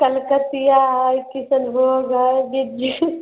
कलकतिआ हइ किसनभोग हइ बिज्जू